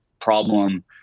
problem